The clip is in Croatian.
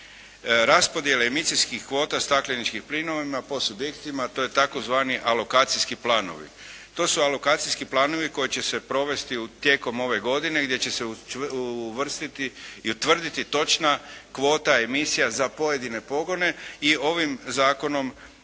raspodjele emisijskih kvota stakleničkim plinovima po subjektima. To je tzv. alokacijski planovi. To su alokacijski planovi koji će se provesti tijekom ove godine, gdje će se uvrstiti i utvrditi točna kvota emisija za pojedine pogone i ovim zakonom